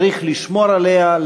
צריך לשמור עליה,